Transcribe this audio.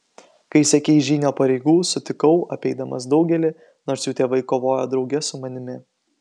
kai siekei žynio pareigų sutikau apeidamas daugelį nors jų tėvai kovojo drauge su manimi